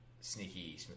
Sneaky